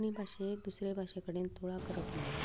कोंकणी भाशेक दुसऱ्या भाशे कडेन तुळा करप म्हळ्यार